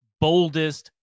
boldest